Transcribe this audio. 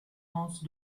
anse